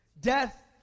death